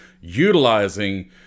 utilizing